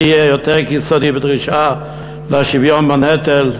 מי יהיה יותר קיצוני בדרישה לשוויון בנטל.